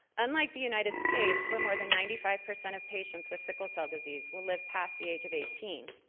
unlike the united states, where more than ninety five percent of patients with sickle cell disease will live past the age of eighteen,